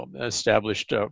established